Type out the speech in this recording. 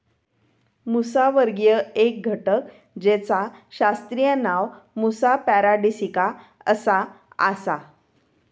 मुसावर्गीय एक घटक जेचा शास्त्रीय नाव मुसा पॅराडिसिका असा आसा